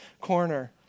corner